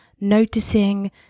noticing